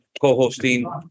co-hosting